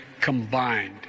combined